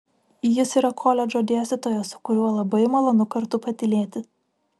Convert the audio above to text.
jis yra koledžo dėstytojas su kuriuo labai malonu kartu patylėti